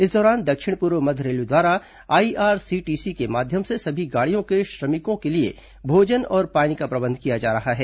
इस दौरान दक्षिण पूर्व मध्य रेलवे द्वारा आईआरसीटीसी के माध्यम से सभी गाड़ियों के श्रमिकों के लिए भोजन और पानी का प्रबंध किया जा रहा है